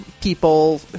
people